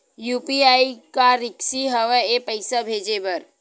UPI का रिसकी हंव ए पईसा भेजे बर?